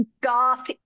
goth